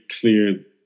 clear